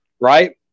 right